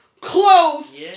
clothes